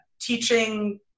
teaching